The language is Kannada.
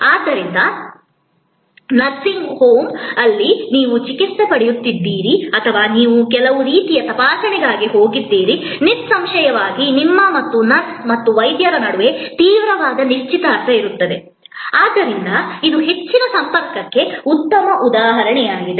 ಆದ್ದರಿಂದ ನರ್ಸಿಂಗ್ ಹೋಮ್ ಅಲ್ಲಿ ನೀವು ಚಿಕಿತ್ಸೆ ಪಡೆಯುತ್ತಿದ್ದೀರಿ ಅಥವಾ ನೀವು ಕೆಲವು ರೀತಿಯ ತಪಾಸಣೆಗಾಗಿ ಹೋಗಿದ್ದೀರಿ ನಿಸ್ಸಂಶಯವಾಗಿ ನಿಮ್ಮ ಮತ್ತು ನರ್ಸ್ ಮತ್ತು ವೈದ್ಯರ ನಡುವೆ ತೀವ್ರವಾದ ನಿಶ್ಚಿತಾರ್ಥ ಇರುತ್ತದೆ ಆದ್ದರಿಂದ ಇದು ಹೆಚ್ಚಿನ ಸಂಪರ್ಕಕ್ಕೆ ಉತ್ತಮ ಉದಾಹರಣೆಯಾಗಿದೆ